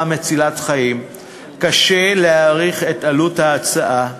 מצילת חיים קשה להעריך את עלות ההצעה.